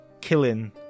killing